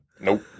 Nope